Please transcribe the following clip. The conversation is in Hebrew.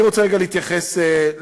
אני רוצה רגע להתייחס לנושא.